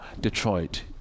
Detroit